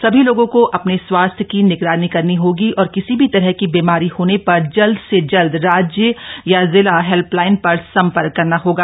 सभी लोगों को अपने स्वास्थ्य की निगरानी करनी होगी और किसी भी तरह की बीमारी होने पर जल्द से जल्द राज्य या जिला हेल्पलाइन पर सम्पर्क करना होगा